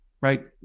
right